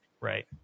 Right